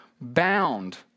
bound